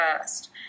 first